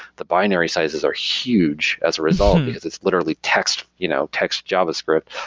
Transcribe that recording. the binary sizes are huge as a result, because it's literally text you know text javascript.